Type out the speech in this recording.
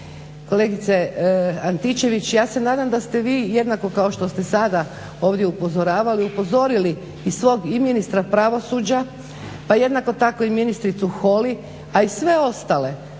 Kolegice Antičević ja se nadam da ste vi jednako kao što ste sada ovdje upozoravali upozorili i svog ministra pravosuđa pa jednako tako i ministricu Holy a i sve ostale